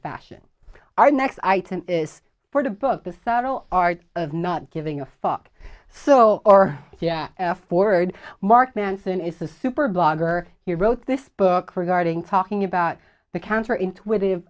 fashion our next item is for the book the subtle art of not giving a fuck so our forward mark manson is a super blogger he wrote this book regarding talking about the counter intuitive